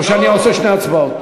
או שאני עושה שתי הצבעות?